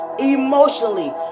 emotionally